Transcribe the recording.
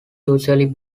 usually